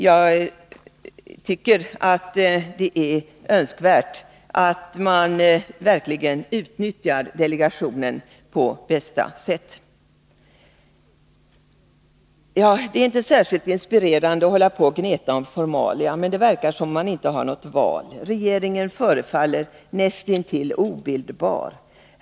Jag tycker att det är önskvärt att regeringen verkligen utnyttjar delegationen på bästa - sätt. Det är inte särskilt inspirerande att hålla på och gneta om formalia, men det verkar som om man inte har något val. Regeringen förefaller näst intill obildbar.